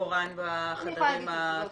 מקורן בחדרים האקוטיים?